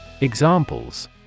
Examples